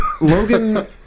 Logan